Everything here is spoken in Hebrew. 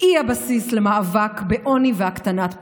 היא הבסיס למאבק בעוני והקטנת פערים,